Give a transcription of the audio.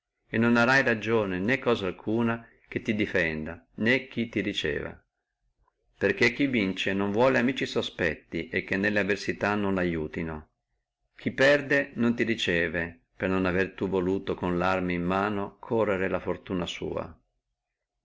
e non hai ragione né cosa alcuna che ti defenda né che ti riceva perché chi vince non vuole amici sospetti e che non lo aiutino nelle avversità chi perde non ti riceve per non avere tu voluto con le arme in mano correre la fortuna sua